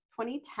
2010